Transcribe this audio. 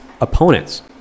opponents